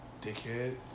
dickhead